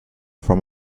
from